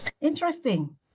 Interesting